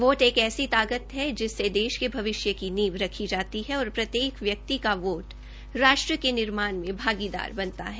vote एक ऐसी ताकत है जिससे देश के भविष्य की नींव रखी जाती है और प्रत्येक व्यक्ति का वोट राष्ट्र के निर्माण में भागीदार बनता है